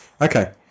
Okay